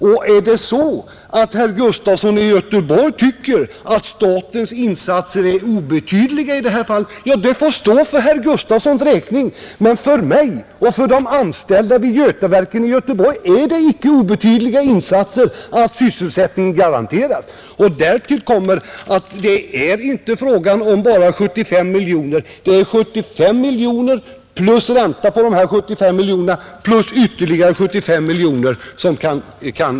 Om herr Gustafson i Göteborg tycker att statens insatser i detta fall är obetydliga, så får det stå för herr Gustafsons räkning, För mig och för de anställda vid Götaverken i Göteborg är det ingen obetydlig insats att sysselsättningen garanteras, Härtill kommer att det inte bara är fråga om 75 miljoner, utan det gäller 75 miljoner plus ränta plus ytterligare 75 miljoner.